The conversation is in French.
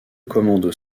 commandos